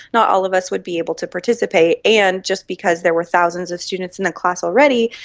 not all of us would be able to participate, and just because there were thousands of students in the class already,